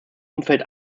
umfeld